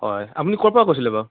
হয় আপুনি ক'ৰ পৰা কৈছিলে বাৰু